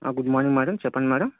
good morning madam చెప్పండి madam